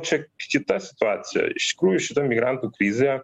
čia kita situacija iš tikrųjų šita migrantų krizė